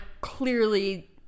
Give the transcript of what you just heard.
clearly